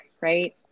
right